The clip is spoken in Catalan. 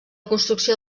construcció